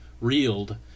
reeled